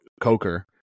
Coker